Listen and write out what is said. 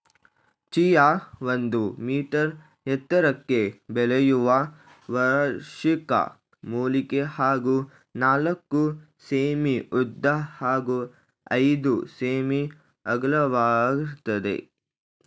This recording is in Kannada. ಚಿಯಾ ಒಂದು ಮೀಟರ್ ಎತ್ತರಕ್ಕೆ ಬೆಳೆಯುವ ವಾರ್ಷಿಕ ಮೂಲಿಕೆ ಹಾಗೂ ನಾಲ್ಕು ಸೆ.ಮೀ ಉದ್ದ ಹಾಗೂ ಐದು ಸೆ.ಮೀ ಅಗಲವಾಗಿರ್ತದೆ